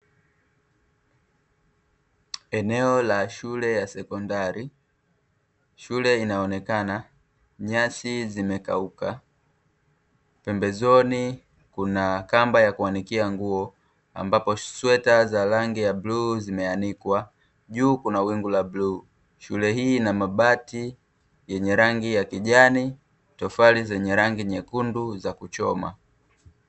Eneo la shule ya sekondari; shule inaonekana nyasi zimekauka. Pembezoni kuna kamba ya kuanikia nguo, ambapo sweta za rangi ya bluu zimeanikwa; juu kuna wingu la bluu. Shule hii ina mabati yenye rangi ya kijani, tofali zenye rangi ya nyekundu za kuchoma.